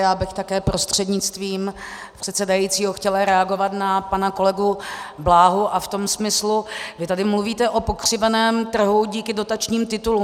Já bych také prostřednictvím předsedajícího chtěla reagovat na pana kolegu Bláhu v tom smyslu vy tady mluvíte o pokřiveném trhu díky dotačním titulům.